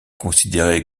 considéré